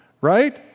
Right